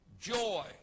joy